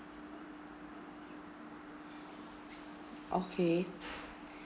okay